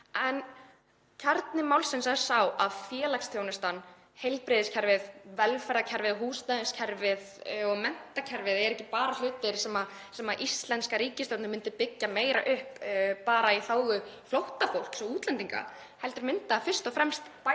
En kjarni málsins er sá að félagsþjónustan, heilbrigðiskerfið, velferðarkerfið, húsnæðiskerfið og menntakerfið eru ekki hlutir sem íslenska ríkisstjórnin myndi byggja meira upp einungis í þágu flóttafólks og útlendinga heldur myndi það fyrst og fremst bæta